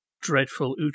dreadful